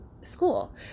school